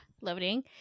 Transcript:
Loading